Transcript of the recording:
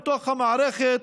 בתוך המערכת,